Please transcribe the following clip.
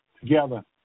together